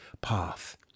path